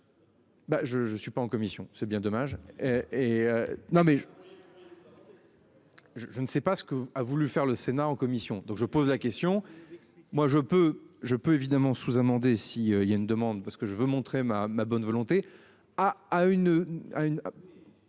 je ne suis pas en commission. C'est bien dommage. Et non mais je. Je je ne sais pas ce que a voulu faire le Sénat en commission donc je pose la question moi je peux je peux évidemment sous-amender, si il y a une demande parce que je veux montrer ma ma bonne volonté à à une